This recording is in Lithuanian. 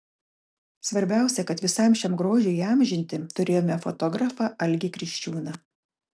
svarbiausia kad visam šiam grožiui įamžinti turėjome fotografą algį kriščiūną